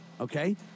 Okay